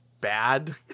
bad